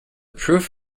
proof